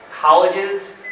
Colleges